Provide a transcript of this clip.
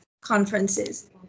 conferences